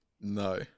No